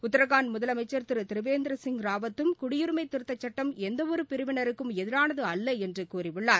உத்தரகாண்ட் முதலமைச்சர் திரு திரிவேந்திர சிங் ராவத்தம் குடியுரிமை திருத்தச்சுட்டம் எந்தவொரு பிரிவினருக்கும் எதிரானது அல்ல என்று கூறியுள்ளார்